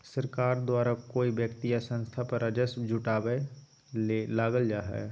सरकार द्वारा कोय व्यक्ति या संस्था पर राजस्व जुटावय ले लगाल जा हइ